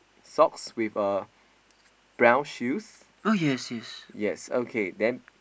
socks with uh brown shoes yes okay then